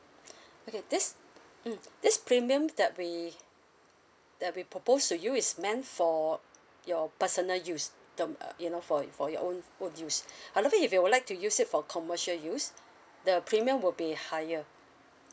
okay this mm this premium that we that we propose to you is meant for your personal use the uh know for your for your own on use however if you would like to use it for commercial use the premium will be higher